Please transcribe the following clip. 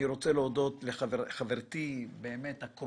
אני רוצה להודות לחברתי הקרובה